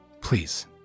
please